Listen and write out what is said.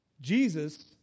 Jesus